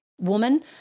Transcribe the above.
woman